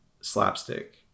slapstick